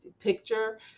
picture